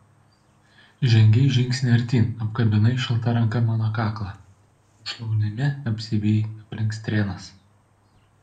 žengei žingsnį artyn apkabinai šilta ranka mano kaklą o šlaunimi apsivijai aplink strėnas